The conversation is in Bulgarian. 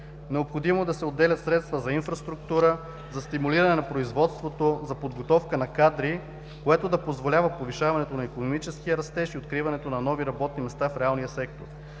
Необходимо е да се отделят средства за инфраструктура, за стимулиране на производството, за подготовка на кадри, което да позволява повишаването на икономическия растеж и откриването на нови работни места в реалния сектор.